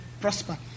prosper